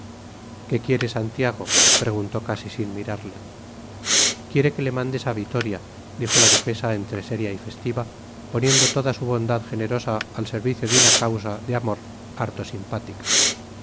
qué quiere santiago preguntó casi sin mirarle quiere que le mandes a vitoria dijo la duquesa entre seria y festiva poniendo toda su bondad generosa al servicio de una causa de amor harto simpática